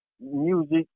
music